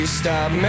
stop